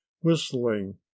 Whistling